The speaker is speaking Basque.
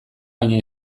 baina